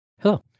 Hello